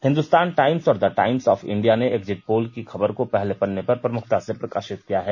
Hindustan Times और the Times of India ने exit poll की खबर को पहले पन्ने पर प्रमुखता से प्रकाषित किया है